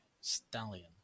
stallion